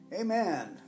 Amen